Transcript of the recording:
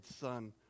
son